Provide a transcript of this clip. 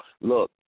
Look